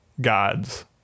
gods